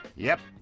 yep,